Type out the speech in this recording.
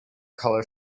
colour